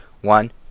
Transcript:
One